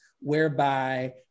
whereby